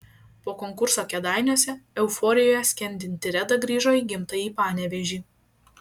po konkurso kėdainiuose euforijoje skendinti reda grįžo į gimtąjį panevėžį